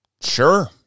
Sure